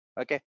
Okay